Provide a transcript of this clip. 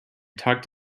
tucked